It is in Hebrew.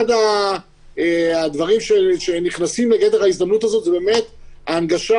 אחד הדברים שנכנסים בגדר ההזדמנות הזאת זאת באמת ההנגשה